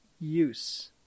use